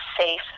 safe